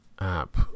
app